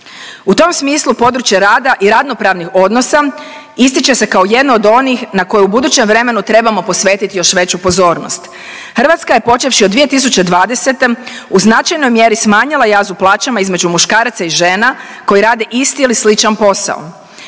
U tom smislu područje rada i radno-pravnih odnosa ističe se kao jedno od onih na koje u budućem vremenu trebamo posvetiti još veću pozornost. Hrvatska je počevši od 2020. u značajnoj mjeri smanjila jaz u plaćama između muškaraca i žena koji rade isti ili sličan posao,